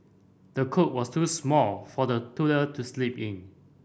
the cot was too small for the toddler to sleep in